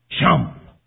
Jump